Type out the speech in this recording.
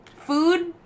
food